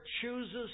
chooses